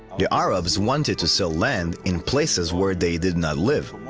the arabs wanted to sell land in places where they did not live.